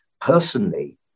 personally